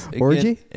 Orgy